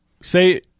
Say